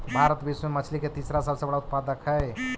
भारत विश्व में मछली के तीसरा सबसे बड़ा उत्पादक हई